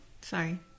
Sorry